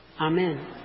Amen